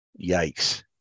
yikes